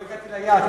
לא הגעתי ליעד.